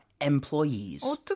employees